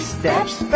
steps